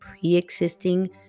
pre-existing